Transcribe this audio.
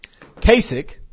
Kasich